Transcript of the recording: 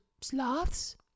sloths